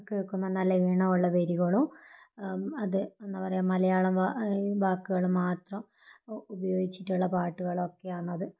കേൾക്കുമ്പം നല്ല ഈണമുള്ള വരികളും അത് എന്താ പറയുക മലയാളം വാക്കുകളും മാത്രം ഉപയോഗിച്ചിട്ടുള്ള പാട്ടുകളൊക്കെയാണത്